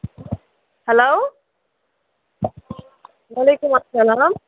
hello وعلیکُم اَسَلام